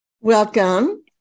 Welcome